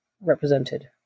represented